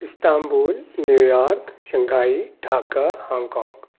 Istanbul New York Shanghai Dhaka Hong Kong